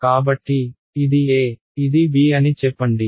కాబట్టి ఇది a ఇది b అని చెప్పండి